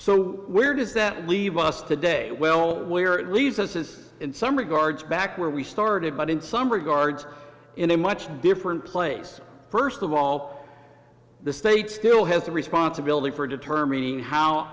so where does that leave us today well where it leaves us is in some regards back where we started but in some regards in a much different place first of all the state still has the responsibility for determining how